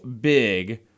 big